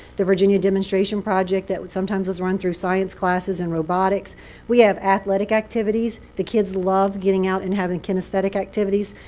the virginia demonstration project, that sometimes is run through science classes and robotics we have athletic activities. the kids love getting out and having kinesthetic activities.